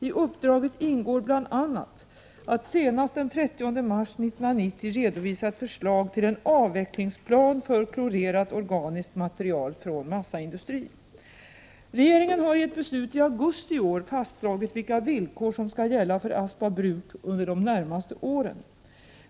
I uppdraget ingår bl.a. att senast den 30 mars 1990 redovisa ett förslag till en avvecklingsplan för klorerat organiskt material från massaindustrin. Regeringen hari ett beslut i augusti i år fastslagit vilka vilkor som skall gälla för Aspa bruk under de närmaste åren.